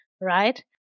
right